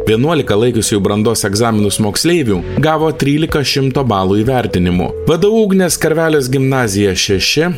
vienuolika laikiusiųjų brandos egzaminus moksleivių gavo trylika šimto balų įvertinimų vdu ugnės karvelės gimnazija šeši